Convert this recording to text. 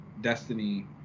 Destiny